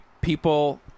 people